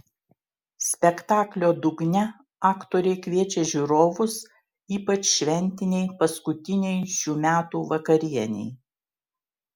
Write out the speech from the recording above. spektaklio dugne aktoriai kviečia žiūrovus ypač šventinei paskutinei šių metų vakarienei